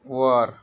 वर